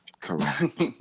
correct